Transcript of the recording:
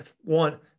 one